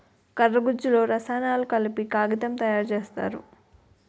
కర్ర గుజ్జులో రసాయనాలు కలిపి కాగితం తయారు సేత్తారు